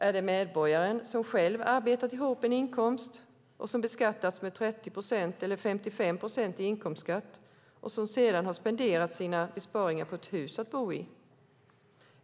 Är det medborgaren som själv har arbetat ihop en inkomst och som beskattats med 30 procent eller 55 procent i inkomstskatt och som sedan har spenderat sina besparingar på ett hus att bo i?